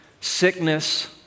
sickness